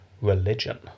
Religion